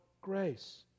grace